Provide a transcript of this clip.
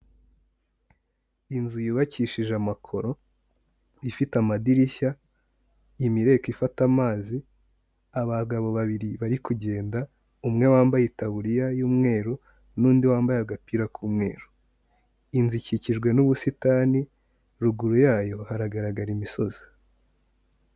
Inzu yubakishije amakoro, ifite amadirishya, imireko ifata amazi, abagabo babiri bari kugenda, umwe wambaye itaburiya y'umweru, n'undi wambaye agapira k'umweru. Inzu ikikijwe n'ubusitani, ruguru yayo haragaragara imisozi.